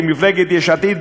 מפלגת יש עתיד,